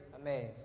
amazed